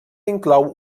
inclou